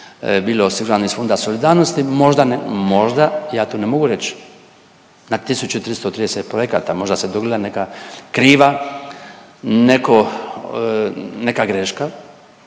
bilo osigurano iz Fonda solidarnosti. Možda, možda ja to ne mogu reći na 1330 projekata možda se dogodila neka kriva, neko, neka